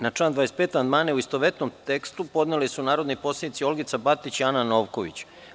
Na član 25. amandmane, u istovetnom tekstu, podnele su narodni poslanici Olgica Batić i Ana Novković.